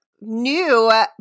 new